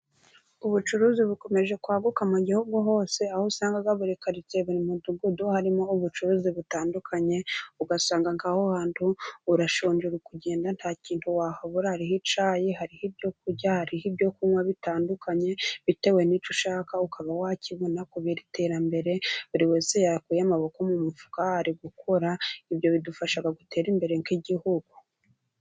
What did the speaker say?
Ubucuruzi bukomeje kwaguka mu gihugu hose, aho usanga buri karitsiye buri mudugudu harimo ubucuruzi butandukanye, ugasanga ngaho hantu urashonje uri kugenda nta kintu wahabura, hariho icyayi, hariho ibyo kurya, hariho ibyo kunywa bitandukanye, bitewe n'icyo ushaka ukaba wakibona, kubera iterambere, buri wese yakuye amaboko mu mufuka ari gukora, ibyo bidufasha gutere imbere nk'igihugu.